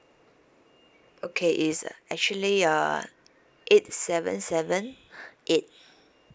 okay it's actually uh eight seven seven eight